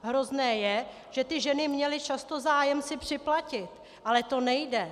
Hrozné je, že ty ženy měly často zájem si připlatit, ale to nejde.